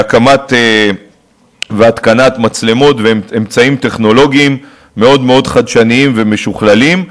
בהקמת והתקנת מצלמות ואמצעים טכנולוגיים מאוד מאוד חדשניים ומשוכללים,